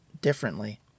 differently